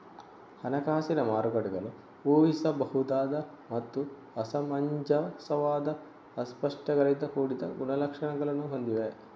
ಹಣಕಾಸಿನ ಮಾರುಕಟ್ಟೆಗಳು ಊಹಿಸಬಹುದಾದ ಮತ್ತು ಅಸಮಂಜಸವಾದ ಅಸ್ಪಷ್ಟತೆಗಳಿಂದ ಕೂಡಿದ ಗುಣಲಕ್ಷಣಗಳನ್ನು ಹೊಂದಿವೆ